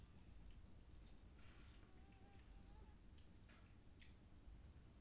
केंद्र सरकार कृषि क्षेत्र मे सुधार लेल अनेक योजना चलाबै छै